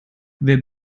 wer